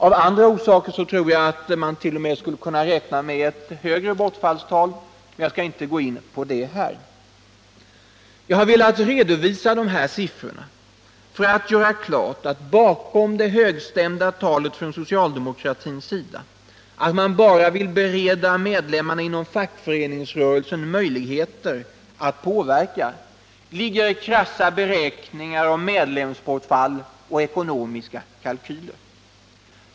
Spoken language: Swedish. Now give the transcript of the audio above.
Av andra orsaker tror jag att man t.o.m. skulle kunna räkna med högre bortfallstal, men det skall jag inte gå in på här. Jag har velat redovisa dessa siffror för att göra klart att bakom det högstämda talet från socialdemokratins sida, att man bara vill bereda medlemmarna inom fackföreningsrörelsen möjligheter att påverka, ligger krassa beräkningar om medlemsbortfall och ekonomiska kalkyler.